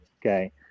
okay